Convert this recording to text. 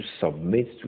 submit